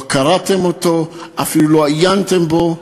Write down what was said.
לא קראתם אותו, אפילו לא עיינתם בו.